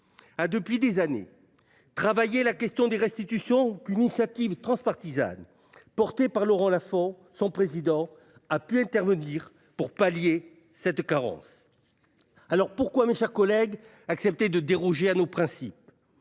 depuis des années travaillé la question des restitutions d'une initiative transpartisane portée par Laurent Laffont, son président, a pu intervenir pour pallier cette carence. Alors pourquoi, mes chers collègues, accepter de déroger à nos principes ?